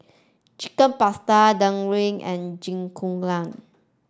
Chicken Pasta and Jingisukan